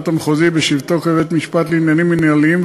המחוזי בשבתו כבית-משפט לעניינים מינהליים,